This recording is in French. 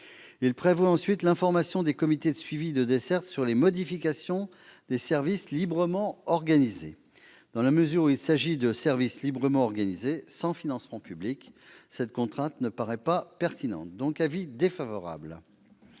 vise ensuite l'information des comités de suivi de dessertes sur les modifications des services librement organisés. Dans la mesure où il s'agit de services librement organisés, sans financement public, cette contrainte ne paraît pas pertinente. La commission émet